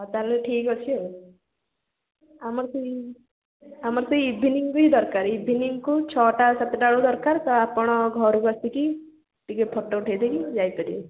ହଉ ତାହାଲେ ଠିକ୍ ଅଛି ଆଉ ଆମର ସେଇ ଆମର ସେଇ ଇଭିନିଂ ବି ଦରକାର ଇଭିନିଂକୁ ଛଅଟା ସାତଟା ବେଳକୁ ଦରକାର ତ ଆପଣ ଘରକୁ ଆସିକି ଟିକିଏ ଫଟୋ ଉଠେଇ ଦେଇକି ଯାଇ ପାରିବେ